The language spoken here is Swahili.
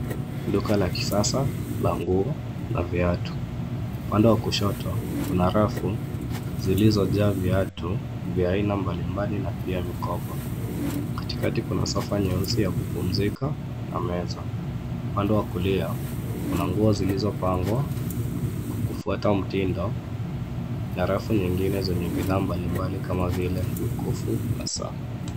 Duka la kisasa la nguo na viatu upande wa kushoto kuna rafu zilizojaa viatu vya aina mbalimbali na pia mikoba , katikati kuna sofa nyeusi ya kupumzika na meza , upande wa kulia kuna nguo zilizopangwa kwa kufuata mtindo na rafu nyingine zenye bidhaa mbalimbali kama vile mikufu na saa.